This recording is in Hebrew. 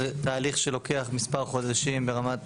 זה תהליך שלוקח מספר חודשים ברמת